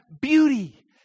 beauty